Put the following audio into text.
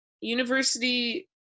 university